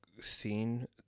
scene